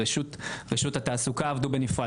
רשות התעסוקה עבדו בנפרד,